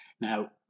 Now